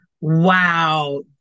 Wow